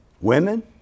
women